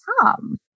tom